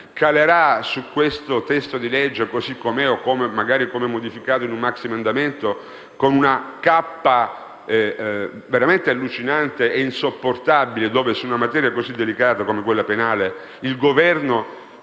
calerà su questo testo di legge così com'è o come modificato in un maxiemendamento. Con una cappa allucinante e insopportabile, su una materia così delicata come quella penale, il Governo